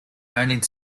earning